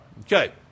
Okay